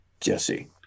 Jesse